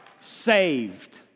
Saved